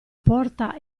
porta